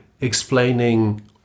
explaining